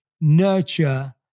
nurture